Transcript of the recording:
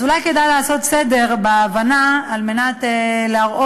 אז אולי כדאי לעשות סדר בהבנה על מנת להראות